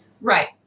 Right